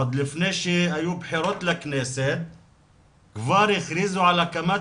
עוד לפני שהיו בחירות לכנסת כבר הכריזו על הקמת